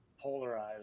polarized